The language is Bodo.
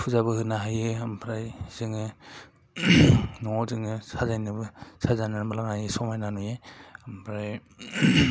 फुजाबो होनो हायो ओमफ्राय जोङो न'आव जोङो साजायनानैबो लानो हायो समायना नुयो